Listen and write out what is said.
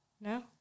No